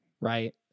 Right